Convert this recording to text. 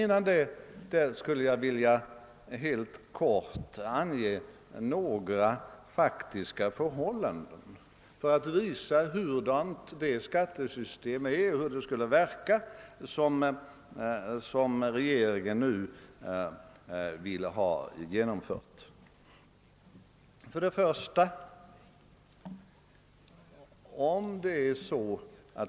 Innan dess skulle jag helt kort vilja ange några faktiska förhållanden för att visa hur det skattesystem skulle ver ka som regeringen nu vill ha genomfört.